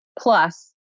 plus